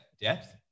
depth